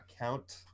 account